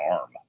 arm